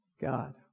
God